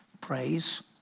Praise